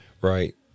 right